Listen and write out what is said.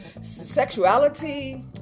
sexuality